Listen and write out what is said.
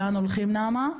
לאן הולכים נעמה?